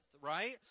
right